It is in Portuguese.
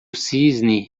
cisne